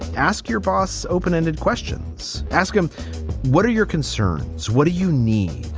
ask your boss open ended questions. ask him what are your concerns? what do you need?